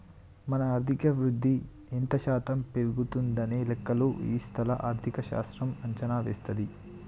మన ఆర్థిక వృద్ధి ఎంత శాతం పెరిగిందనే లెక్కలు ఈ స్థూల ఆర్థిక శాస్త్రం అంచనా వేస్తది